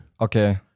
Okay